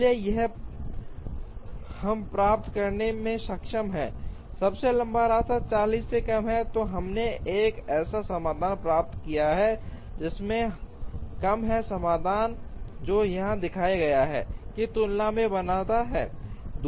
इसलिए यदि हम प्राप्त करने में सक्षम हैं सबसे लंबा रास्ता 40 से कम है तो हमने एक ऐसा समाधान प्राप्त किया है जिसमें कम है समाधान जो यहां दिखाया गया है की तुलना में बनाता है